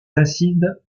acides